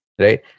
right